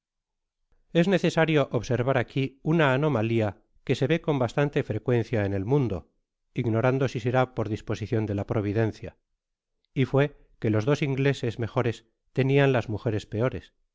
bs necesario observar aqui una anomalia que se ve con bastante frecuencia en el mundo ignorando si será por disposicion de la providencia y fué que lo dos ingleses mejores tenian las mujeres peores